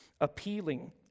appealing